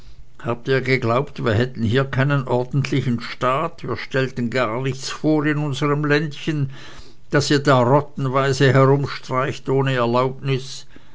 habt ihr geglaubt wir hätten hier keinen ordentlichen staat wir stellten gar nichts vor in unserm ländchen daß ihr da rottenweise herumstreicht ohne erlaubnis